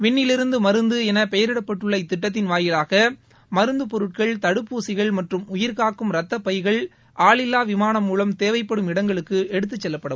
விண்ணிலிருந்து மருந்து என பெயரிடப்பட்டுள்ள இத்திட்டத்தின் வாயிலாக மருந்துப்பொருட்கள் தடுப்பூசிகள் மற்றும் உயிர்காக்கும் ரத்த பைகள் ஆளில்வா விமானம் மூலம் தேவைப்படும் இடங்களுக்கு எடுத்துச் செல்லப்படும்